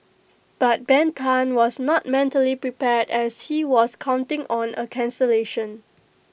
but Ben Tan was not mentally prepared as he was counting on A cancellation